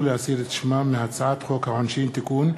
להסיר את שמם מהצעת חוק העונשין (תיקון,